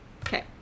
Okay